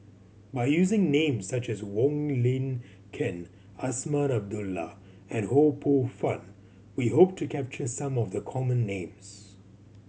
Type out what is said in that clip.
by using names such as Wong Lin Ken Azman Abdullah and Ho Poh Fun we hope to capture some of the common names